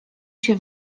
się